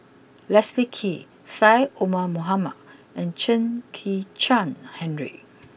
Leslie Kee Syed Omar Mohamed and Chen Kezhan Henri